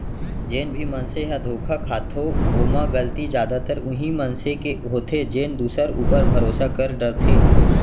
जेन भी मनसे ह धोखा खाथो ओमा गलती जादातर उहीं मनसे के होथे जेन दूसर ऊपर भरोसा कर डरथे